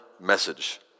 message